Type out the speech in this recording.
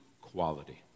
quality